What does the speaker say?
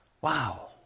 Wow